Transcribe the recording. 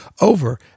over